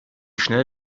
schnell